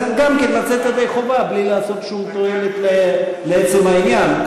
זה גם כן לצאת ידי חובה בלי לעשות שום תועלת לעצם העניין.